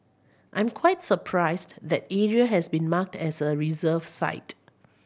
I'm quite surprised that area has been marked as a reserve site